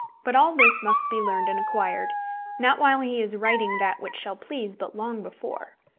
but all this must be learned and acquired not while he is writing that which shall please, but long before.